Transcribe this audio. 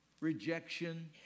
rejection